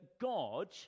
God